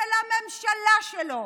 של הממשלה שלו.